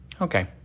Okay